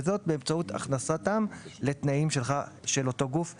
וזאת באמצעות הכנסתם לתנאים של אותו הגוף ברישיון.